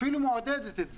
אפילו מעודדת את זה.